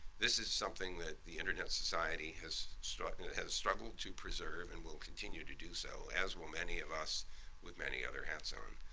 this is something that the internet society has struggled has struggled to preserve and will continue to do so as will many of us with many other hats on.